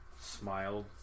smiled